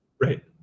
Right